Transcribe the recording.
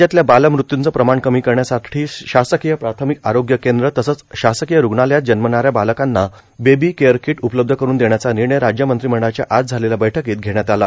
राज्यातल्या बालमृत्यूचं प्रमाण कमी करण्यासाठी शासकीय प्राथमिक आरोग्य केंद्र तसंच शासकीय रुग्णालयात जन्मणाऱ्या बालकांना बेबी केअर कीट उपलब्ध करून देण्याचा निर्णय राज्य मंत्रिमंडळाच्या आज झालेल्या बैठकीत घेण्यात आला